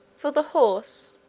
for the horse,